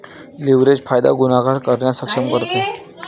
leverage फायदा गुणाकार करण्यास सक्षम करते